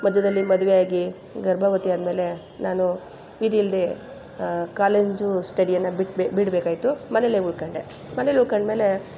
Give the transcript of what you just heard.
ಮಧ್ಯದಲ್ಲಿ ಮದುವೆ ಆಗಿ ಗರ್ಭವತಿ ಆದಮೇಲೆ ನಾನು ವಿಧಿ ಇಲ್ಲದೆ ಕಾಲೇಜು ಸ್ಟಡಿಯನ್ನು ಬಿಟ್ಬೇ ಬಿಡಬೇಕಾಯ್ತು ಮನೆಯಲ್ಲೇ ಉಳ್ಕೊಂಡೆ ಮನೆಲಿ ಉಳ್ಕೊಂಡ್ಮೇಲೆ